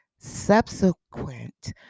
Subsequent